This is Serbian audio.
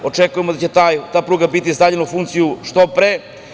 Očekujemo da će ta pruga biti stavljena u funkciju što pre.